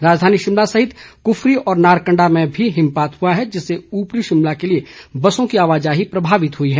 राजधानी शिमला सहित कृफरी व नारकंडा में भी हिमपात हुआ है जिससे उपरी शिमला के लिए बसों की आवाजाही प्रभावित हुई है